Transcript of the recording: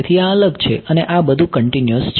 તેથી આ અલગ છે અને આ બધું કન્ટીન્યુઅસ છે